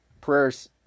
prayers